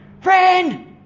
Friend